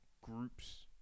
groups